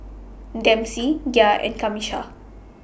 Dempsey Gia and Camisha